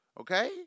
Okay